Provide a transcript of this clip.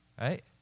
right